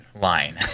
line